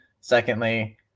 Secondly